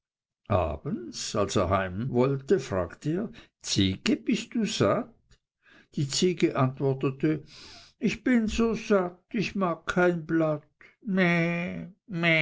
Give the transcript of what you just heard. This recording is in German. abends als er heim wollte fragte er ziege bist du satt die ziege antwortete ich bin so satt ich mag kein blatt meh